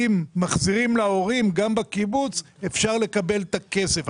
אם מחזירים להורים, גם בקיבוץ אפשר לקבל את הכסף.